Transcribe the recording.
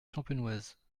champenoise